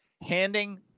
handing